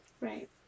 right